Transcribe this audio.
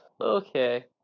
Okay